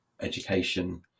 education